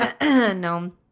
no